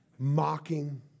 Mocking